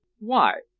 why?